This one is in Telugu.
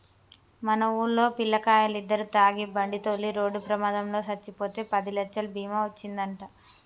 మన వూల్లో పిల్లకాయలిద్దరు తాగి బండితోలి రోడ్డు ప్రమాదంలో సచ్చిపోతే పదిలచ్చలు బీమా ఒచ్చిందంట